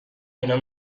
اینا